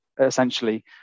essentially